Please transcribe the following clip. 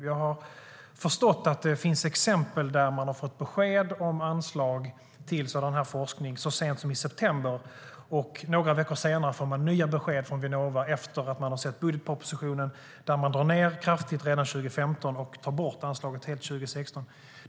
Jag har förstått att det finns exempel där man fick besked om anslag till sådan här forskning så sent som i september. Några veckor senare kom det nya besked från Vinnova när de sett budgetpropositionen där regeringen drar ned anslaget kraftigt för 2015 och tar bort det helt för 2016.